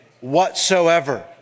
whatsoever